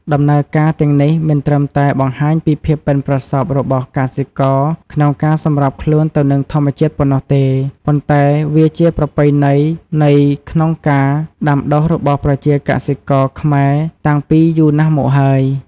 ដំណើរការទាំងនេះមិនត្រឹមតែបង្ហាញពីភាពប៉ិនប្រសប់របស់កសិករក្នុងការសម្របខ្លួនទៅនឹងធម្មជាតិប៉ុណ្ណោះទេ ប៉ុន្តែវាជាប្រពៃណីនៃក្នុងការដាំដុះរបស់ប្រជាកសិករខ្មែរតាំងពីយូរណាស់មកហើយ។